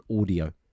audio